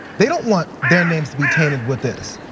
they don't want their names to be tainted with this.